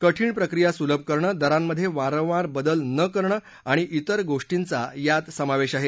कठिण प्रक्रिया सुलभ करण दरामधे वारवार बदल न करणं आणि तिर गोष्टीचा यात समावेश आहे